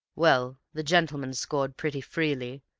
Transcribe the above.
well, the gentlemen scored pretty freely,